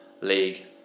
League